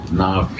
now